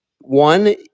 One